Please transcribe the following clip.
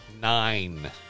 Nine